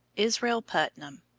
israel putnam